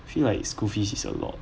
feel like school fee is a lot